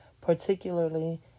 particularly